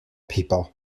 people